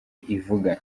ivuga